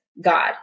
God